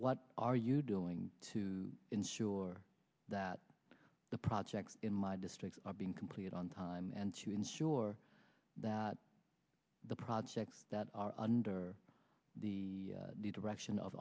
what are you doing to ensure that the projects in my district are being completed on time and to ensure that the projects that are under the direction of